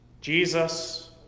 Jesus